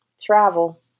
travel